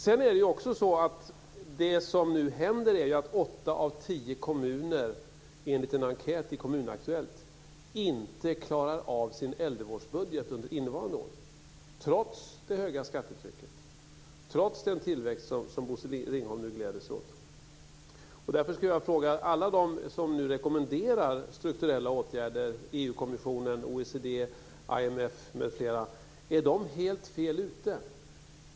Sedan är det också så att det som nu händer är att åtta av tio kommuner, enligt en enkät i Kommunaktuellt, inte klarar av sin äldrevårdsbudget under innevarande år, trots det höga skattetrycket och trots den tillväxt som Bosse Ringholm nu gläder sig åt. Därför skulle jag vilja fråga om alla de som nu rekommenderar strukturella åtgärder - EU-kommissionen, OECD, IMF m.fl. - är helt fel ute.